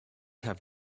have